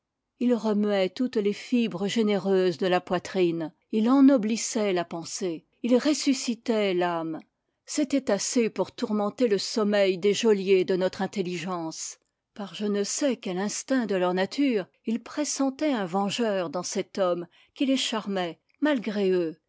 il remuait toutes les fibres généreuses de la poi trine il ennoblissait la pensée il ressuscitait l'ame c'était assez pour tourmenter le sommeil des geôliers de notre intelligence par je ne sais quel instinct de leur nature ils pressentaient un vengeur dans cet homme qui les charmait malgré eux